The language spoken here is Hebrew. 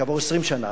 כעבור 20 שנה,